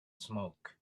smoke